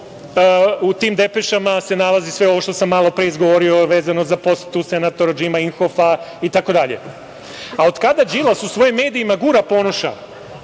U tim depešama se nalazi sve ovo što sam malopre izgovorio vezano za posetu senatora Džima Inhofa itd. Od kada Đilas u svojim medijima gura Ponoša,